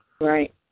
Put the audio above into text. right